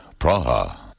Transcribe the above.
Praha